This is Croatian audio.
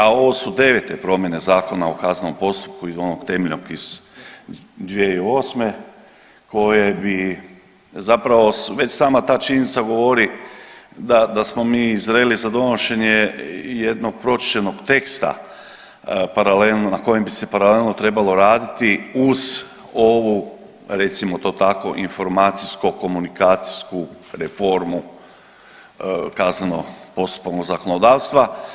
A ovo su devete promjene Zakona o kaznenom postupku i onog temeljnog iz 2008. koje bi zapravo već sama ta činjenica govori da smo mi zreli za donošenje jednog pročišćenog teksta paralelno, na kojem bi se paralelno trebalo raditi uz ovu recimo to tako informacijsko komunikacijsku reformu kazneno postupovnog zakonodavstva.